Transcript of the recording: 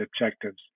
objectives